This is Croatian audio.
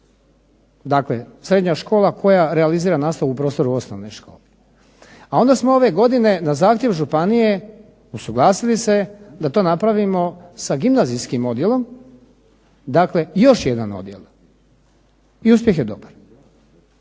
dakle srednja škola koja realizira nastavu u prostoru osnovne škole, a onda smo ove godine na zahtjev županije usuglasili se da to napravimo sa gimnazijskim odjelom, dakle još jedan odjel. I uspjeh je dobar.